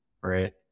right